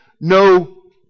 no